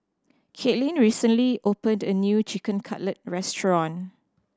Katelyn recently opened a new Chicken Cutlet Restaurant